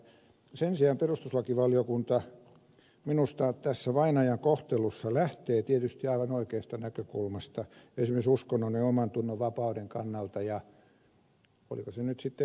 sen sijaan perustuslakivaliokunta minusta tässä vainajan kohtelussa lähtee tietysti aivan oikeasta näkökulmasta esimerkiksi uskonnon ja omantunnon vapauden kannalta ja oliko se nyt sitten ed